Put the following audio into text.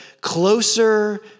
closer